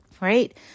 right